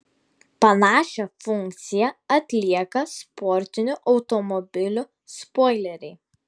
panašią funkciją atlieka sportinių automobilių spoileriai